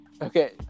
Okay